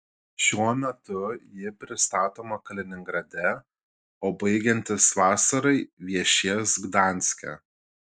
šiuo metu ji pristatoma kaliningrade o baigiantis vasarai viešės gdanske